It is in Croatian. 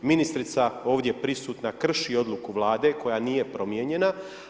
Ministrica ovdje prisutna krši odluku Vlade koja nije promijenjena.